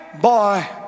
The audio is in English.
boy